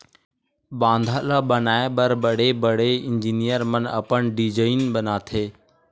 बांधा ल बनाए बर बड़े बड़े इजीनियर मन अपन डिजईन बनाथे